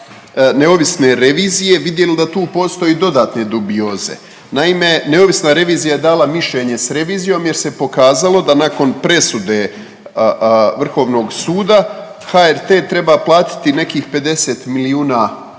neovisne revizije vidjeli da tu postoje dodatne dubioze. Naime, neovisna revizija je dala mišljenje s revizijom jer se pokazalo da nakon presude Vrhovnog suda HRT treba platiti nekih 50 milijuna